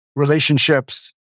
relationships